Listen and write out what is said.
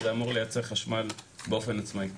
זה אמור לייצר חשמל באופן עצמאי.